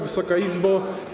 Wysoka Izbo!